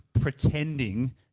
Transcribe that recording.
pretending